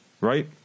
right